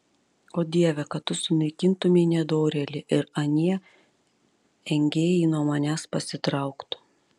o dieve kad tu sunaikintumei nedorėlį ir anie engėjai nuo manęs pasitrauktų